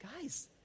Guys